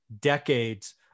decades